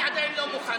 אני עדיין לא מוכן,